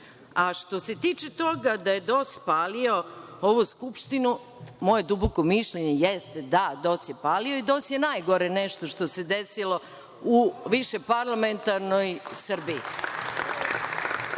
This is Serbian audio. se tiče toga da je DOS palio ovu Skupštinu, moje duboko mišljenje jeste da, DOS je palio i DOS je najgore nešto što se desilo u višeparlamentarnoj Srbiji.